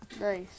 Nice